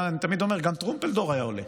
אני תמיד אומר שגם טרומפלדור היה עולה.